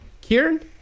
Kieran